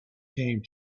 came